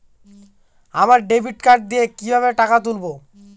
আমরা debit card দিয়ে কিভাবে টাকা তুলবো?